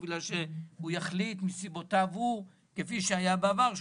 כפי שהיה בעבר,